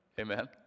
amen